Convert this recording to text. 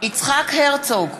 יצחק הרצוג,